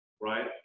right